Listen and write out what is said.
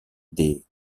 des